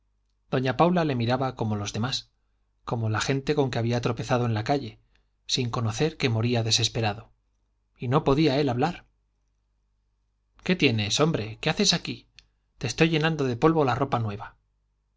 doña paula le miraba como los demás como la gente con que había tropezado en la calle sin conocer que moría desesperado y no podía él hablar qué tienes hombre qué haces aquí te estoy llenando de polvo la ropa nueva don